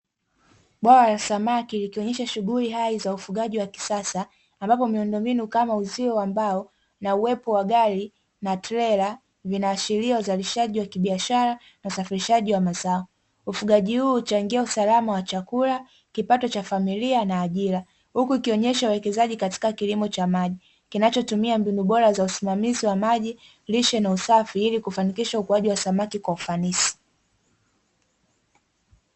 Bwawa la samaki likionyesha shughuli hai za ufugaji wa kisasa, ambao miundombinu kama uzio wa mbao na uwepo wa gari na trela, vinaashiria uzalishaji wa kibiashara na usafirishaji wa mazao. Ufugaji huu huchangia usalama wa chakula, kipato cha familia na ajira, huku ikionyesha uwekezaji katika kilimo cha maji kinachotumia mbinu bora za usimamizi wa maji, lishe na usafi ili kufanikisha ukuaji wa samaki kwa ufanisi.